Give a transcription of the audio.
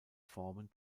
formen